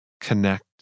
connect